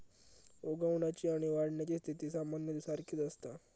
उगवण्याची आणि वाढण्याची स्थिती सामान्यतः सारखीच असता